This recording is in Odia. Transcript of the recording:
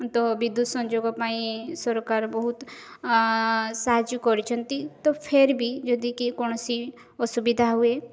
ତ ବିଦ୍ୟୁତ୍ ସଂଯୋଗ ପାଇଁ ସରକାର ବହୁତ ସାହାଯ୍ୟ କରିଛନ୍ତି ତ ଫେର ବି ଯଦି କିଏ କୌଣସି ଅସୁବିଧା ହୁଏ